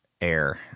Air